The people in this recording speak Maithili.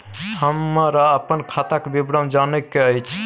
हमरा अपन खाता के विवरण जानय के अएछ?